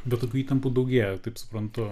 bet tokių įtampų daugėja taip suprantu